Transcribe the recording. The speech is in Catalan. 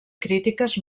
crítiques